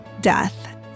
death